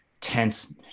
tense